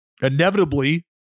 inevitably